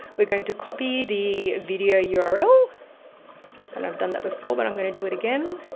we're going to copy the video yeah url and i've done that before, but i'm going to do it again.